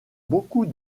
beaucoup